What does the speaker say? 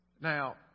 Now